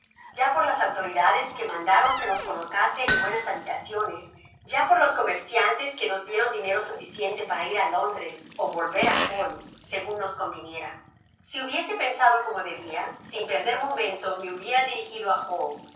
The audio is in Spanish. ya por las autoridades que mandaron se nos colocase en buenas habitaciones ya por los comerciantes que nos dieron dinero suficiente para ir á londres ó volver á hull segun nos conviniera si hubiese pensado como debia sin perder momento me hubiera dirigido á